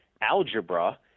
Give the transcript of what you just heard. algebra